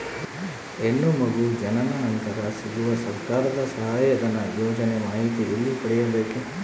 ಹೆಣ್ಣು ಮಗು ಜನನ ನಂತರ ಸಿಗುವ ಸರ್ಕಾರದ ಸಹಾಯಧನ ಯೋಜನೆ ಮಾಹಿತಿ ಎಲ್ಲಿ ಪಡೆಯಬೇಕು?